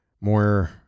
more